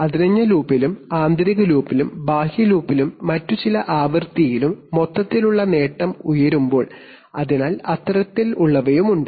അടഞ്ഞ ലൂപ്പിലും ആന്തരിക ലൂപ്പിലും ബാഹ്യ ലൂപ്പിലെ മറ്റ് ചില ആവൃത്തിയിലും മൊത്തത്തിലുള്ള നേട്ടം ഉയരുമ്പോൾ അത്തരത്തിലുള്ളവയുണ്ട്